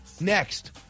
Next